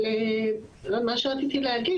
אבל מה שרציתי להגיד